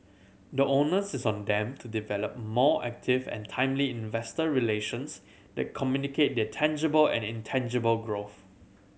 the onus is on them to develop more active and timely investor relations that communicate their tangible and intangible growth